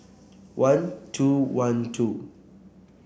one two one two